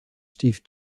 steve